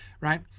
Right